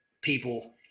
people